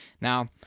Now